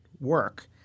work